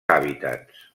hàbitats